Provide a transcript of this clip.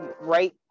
right